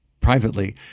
privately